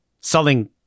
selling